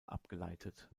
abgeleitet